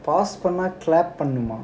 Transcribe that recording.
pause பண்ணா:pannaa clap பண்ணணுமா:pannanumaa